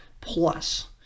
plus